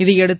இதையடுத்து